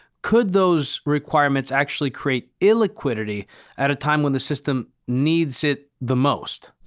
could those requirements actually create illiquidity at a time when the system needs it the most?